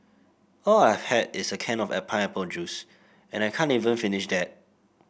all I've had is a can of pineapple juice and I can't even finish that